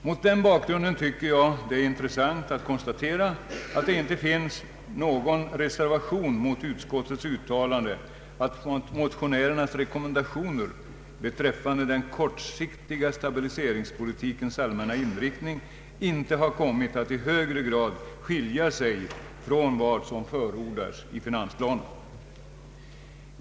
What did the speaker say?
Mot den bakgrunden tycker jag det är intressant att konstatera att det inte finns någon reservation mot utskottets uttalande att motionärernas rekommendationer beträffande den kortsiktiga stabiliseringspolitikens allmänna inriktning inte har kommit att i högre grad skilja sig från vad som förordats i finansplanen.